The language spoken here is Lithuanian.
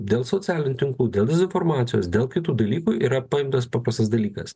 dėl socialinių tinklų dėl dezinformacijos dėl kitų dalykų yra paimtas paprastas dalykas